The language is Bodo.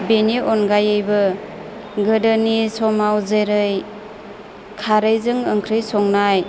बेनि अनगायैबो गोदोनि समाव जेरै खारैजों ओंख्रि संनाय